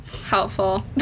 helpful